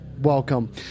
welcome